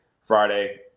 Friday